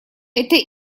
это